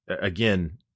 again